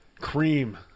cream